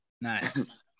nice